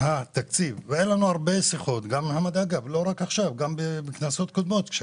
לנו הרבה שיחות ולא רק עכשיו אלא גם בכנסות קודמות וכאשר